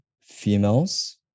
females